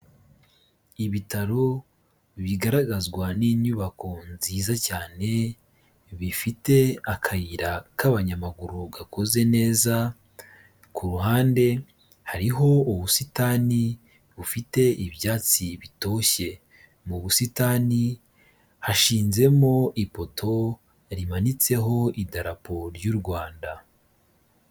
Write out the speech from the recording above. Ibitaro bigaragazwa n'inyubako nziza cyane bifite akayira k'abanyamaguru gakoze neza, ku ruhande hariho ubusitani bufite ibyatsi bitoshye, mu busitani hashinzemo ipoto rimanitseho idarapo ry'u Rwanda.